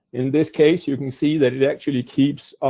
in this case, you can see that it actually keeps